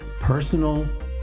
personal